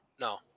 no